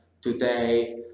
today